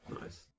nice